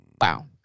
Wow